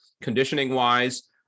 Conditioning-wise